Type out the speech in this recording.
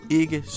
ikke